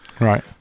Right